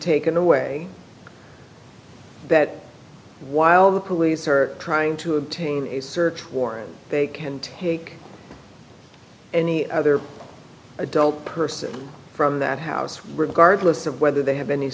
taken away that while the police are trying to obtain a search warrant they can take any other adult person from that house regardless of whether they have any